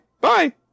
bye